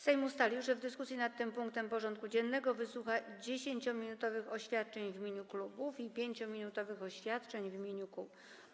Sejm ustalił, że w dyskusji nad tym punktem porządku dziennego wysłucha 10-minutowych oświadczeń w imieniu klubów i 5-minutowych oświadczeń w imieniu kół.